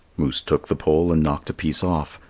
moose took the pole and knocked a piece off,